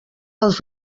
els